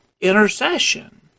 intercession